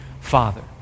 Father